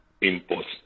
imports